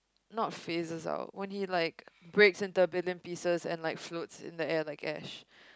not phases out when he like breaks into a billion pieces and like floats in the air like ash